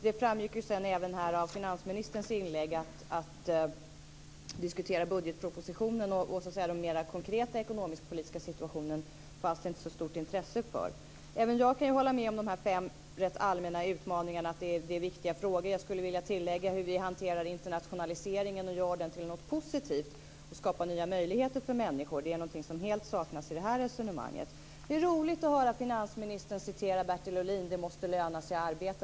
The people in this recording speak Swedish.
Det framgick även av finansministerns inlägg att det inte fanns så stort intresse av att diskutera budgetpropositionen och den mer konkreta ekonomisk-politiska situationen. Även jag kan hålla med om att de här fem rätt allmänna utmaningarna är viktiga frågor. Jag skulle vilja tillägga frågan om hur vi hanterar internationaliseringen, gör den till något positivt och skapar nya möjligheter för människor. Det är någonting som helt saknas i det här resonemanget. Det är roligt att höra finansministern citera Bertil Ohlin: Det måste löna sig att arbeta.